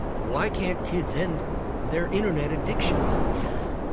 why can't kids end their internet addictions? yeah.